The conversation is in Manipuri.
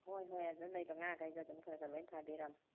ꯍꯣꯏ ꯍꯣꯏ ꯑꯗ ꯂꯩꯕ ꯉꯥꯒꯩꯗꯣ ꯑꯗꯨꯝ ꯈꯔ ꯈꯔ ꯂꯣꯏ ꯐꯥꯕꯤꯔꯝꯃꯣ